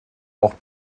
auch